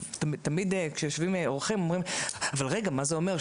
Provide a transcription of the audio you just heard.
תמיד כשיושבים אורחים הם אומרים אבל רגע מה זה אומר,